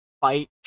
fight